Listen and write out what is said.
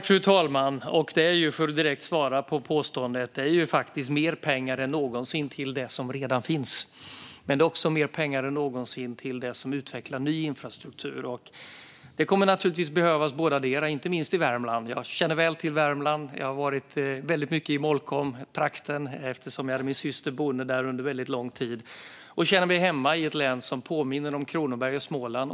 Fru talman! För att direkt svara på påståendet: Det är ju faktiskt mer pengar än någonsin till det som redan finns. Men det är också mer pengar än någonsin till utveckling av ny infrastruktur. Det kommer naturligtvis att behövas bådadera, inte minst i Värmland. Jag känner väl till Värmland - jag har varit mycket i Molkomtrakten eftersom jag hade min syster boende där under lång tid, och jag känner mig som hemma i ett län som påminner om Kronoberg och Småland.